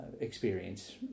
experience